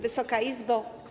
Wysoka Izbo!